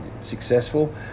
successful